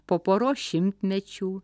po poros šimtmečių